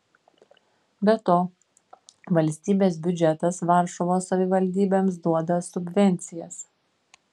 be to valstybės biudžetas varšuvos savivaldybėms duoda subvencijas